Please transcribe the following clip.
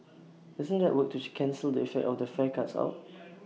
doesn't that work to cancel the effect of the fare cuts out